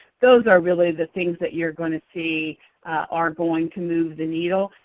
those are really the things that you're going to see are going to move the needle.